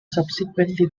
subsequently